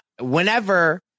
whenever